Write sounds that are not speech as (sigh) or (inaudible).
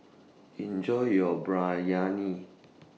(noise) Enjoy your Biryani